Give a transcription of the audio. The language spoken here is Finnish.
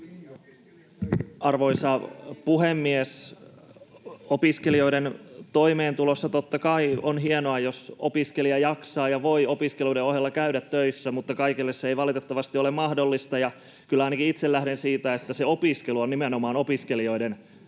Arvoisa puhemies! Opiskelijoiden toimeentulossa totta kai on hienoa, jos opiskelija jaksaa ja voi opiskeluiden ohella käydä töissä, mutta kaikille se ei valitettavasti ole mahdollista. Kyllä ainakin itse lähden siitä, että se opiskelu on nimenomaan opiskelijoiden päätyötä.